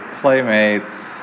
playmates